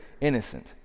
innocent